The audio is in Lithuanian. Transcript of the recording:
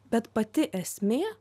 bet pati esmė